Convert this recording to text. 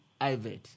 IVET